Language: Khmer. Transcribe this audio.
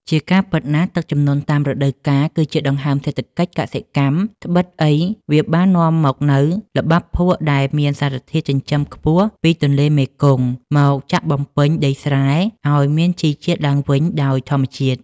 ជាការពិតណាស់ ទឹកជំនន់តាមរដូវកាលគឺជាដង្ហើមសេដ្ឋកិច្ចកសិកម្ម ត្បិតអីវាបាននាំមកនូវល្បាប់ភក់ដែលមានសារធាតុចិញ្ចឹមខ្ពស់ពីទន្លេមេគង្គ មកចាក់បំពេញដីស្រែឱ្យមានជីជាតិឡើងវិញដោយធម្មជាតិ។